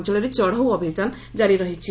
ଅଞ୍ଚଳରେ ଚଚ୍ଚଉ ଅଭିଯାନ କାରି ରହିଛି